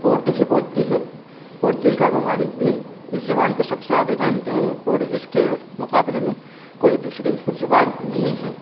اردو ہی بولتی ہے اور دیگر ممالک بھی اس زبان کے سب سے زیادہ جانتے ہیں اور اس کے مقابلے میں کوئی دوسری زبان نہیں ہیں